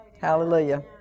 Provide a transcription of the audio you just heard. Hallelujah